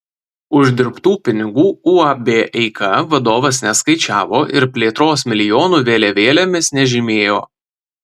uždirbtų pinigų uab eika vadovas neskaičiavo ir plėtros milijonų vėliavėlėmis nežymėjo